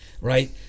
right